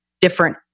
different